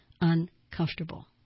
uncomfortable